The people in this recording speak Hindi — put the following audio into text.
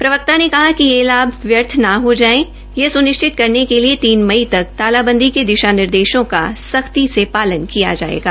प्रवक्ता ने कहा कि यह लाभ व्यर्थ न हो जाये ये सुनिश्चित करने के लिए तीन मई तक तालाबंदी के दिशा निर्देशों का सख्ती से पालन किया जायेगा